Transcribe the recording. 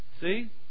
See